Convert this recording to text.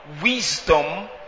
Wisdom